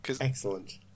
Excellent